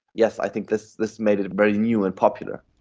yes, i think this this made it very new and popular.